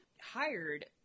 hired